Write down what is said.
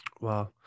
Wow